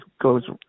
goes